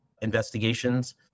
investigations